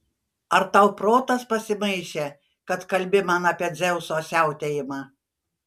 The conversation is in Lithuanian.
ar tau protas pasimaišė kad kalbi man apie dzeuso siautėjimą